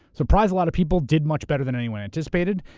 surprised a lot of people, did much better than anyone anticipated.